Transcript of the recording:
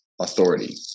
authority